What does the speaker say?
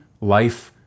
life